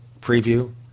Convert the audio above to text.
preview